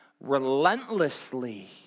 relentlessly